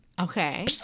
okay